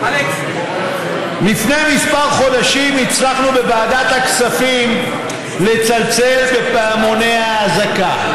לפני כמה חודשים הצלחנו בוועדת הכספים לצלצל בפעמוני האזעקה,